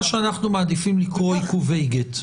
מה שאנחנו מעדיפים לקרוא "עיכובי גט".